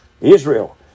Israel